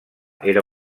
era